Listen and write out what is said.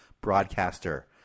broadcaster